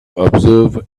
observe